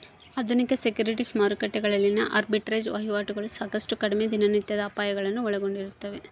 ಆಧುನಿಕ ಸೆಕ್ಯುರಿಟೀಸ್ ಮಾರುಕಟ್ಟೆಗಳಲ್ಲಿನ ಆರ್ಬಿಟ್ರೇಜ್ ವಹಿವಾಟುಗಳು ಸಾಕಷ್ಟು ಕಡಿಮೆ ದಿನನಿತ್ಯದ ಅಪಾಯಗಳನ್ನು ಒಳಗೊಂಡಿರ್ತವ